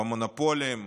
במונופולים,